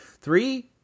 Three